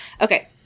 Okay